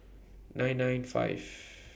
nine nine five